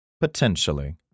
potentially